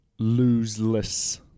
loseless